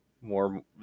more